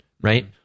right